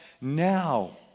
now